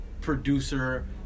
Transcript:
producer